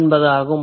என்பதாகும்